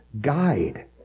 Guide